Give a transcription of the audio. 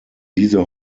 diese